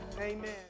Amen